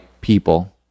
people